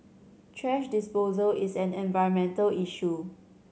thrash disposal is an environmental issue